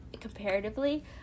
comparatively